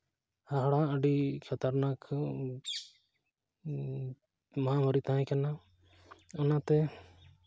ᱦᱟᱦᱟᱲᱟᱜ ᱟᱹᱰᱤ ᱠᱷᱟᱛᱟᱨᱱᱟᱠ ᱦᱚᱸ ᱢᱟᱦᱟᱢᱟᱨᱤ ᱛᱟᱦᱮᱸᱠᱟᱱᱟ ᱚᱱᱟᱛᱮ